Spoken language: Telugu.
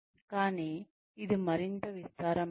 కానీ ఇది మరింత విస్తారమైంది